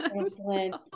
excellent